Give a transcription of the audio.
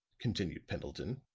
continued pendleton,